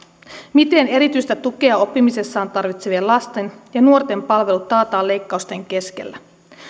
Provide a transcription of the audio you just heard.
miten erityistä tukea oppimisessaan tarvitsevien lasten ja nuorten palvelut taataan leikkausten keskellä